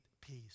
peace